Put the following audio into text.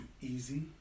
easy